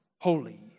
Holy